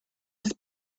his